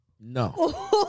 No